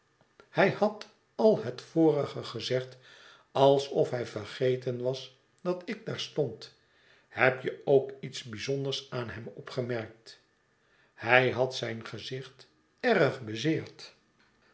hij had al het vorige gezegd alsof hij vergeten was dat ik daar stond heb je ook iets bijzonders aan hem opgemerkt hij had zijn gezicht erg